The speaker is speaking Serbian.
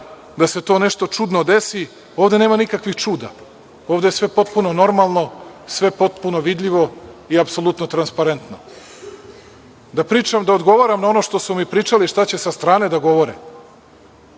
da se to nešto čudno desi. Ovde nema nikakvih čuda. Ovde je sve potpuno normalno, sve potpuno vidljivo i apsolutno transparentno. Da odgovaram na ono što su mi pričali šta će sa strane da govore,